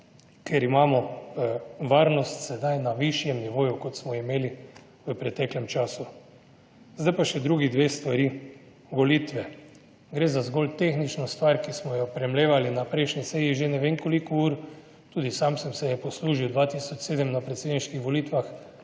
ker imamo varnost sedaj na višjem nivoju, kot smo imeli v preteklem času. Zdaj pa še drugi dve stvari. Volitve. Gre za zgolj tehnično stvar, ki smo jo premlevali na prejšnji seji že ne vem koliko ur, tudi sam sem se je poslužil 2007 na predsedniških volitvah,